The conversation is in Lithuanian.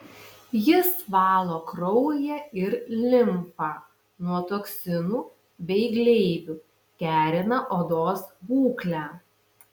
jis valo kraują ir limfą nuo toksinų bei gleivių gerina odos būklę